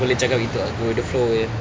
boleh cakap gitu ah go with the flow jer